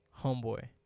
Homeboy